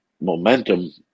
momentum